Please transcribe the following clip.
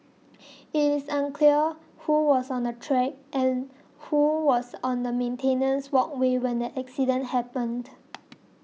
it is unclear who was on the track and who was on the maintenance walkway when the accident happened